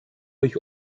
euch